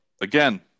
again